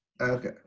Okay